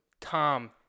Tom